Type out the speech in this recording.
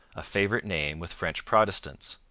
a favourite name with french protestants.